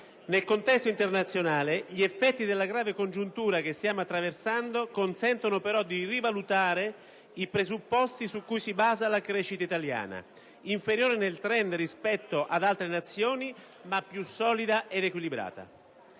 Nel contesto internazionale gli effetti della grave congiuntura che stiamo attraversando consentono però di rivalutare i presupposti su cui si basa la crescita italiana, inferiore nel *trend* rispetto ad altre Nazioni, ma più solida ed equilibrata.